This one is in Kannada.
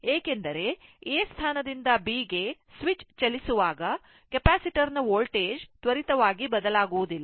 ಏಕೆಂದರೆ A ಸ್ಥಾನದಿಂದ B ಗೆ ಸ್ವಿಚ್ ಚಲಿಸುವಾಗ ಕೆಪಾಸಿಟರ್ ನ ವೋಲ್ಟೇಜ್ ತ್ವರಿತವಾಗಿ ಬದಲಾಗುವುದಿಲ್ಲ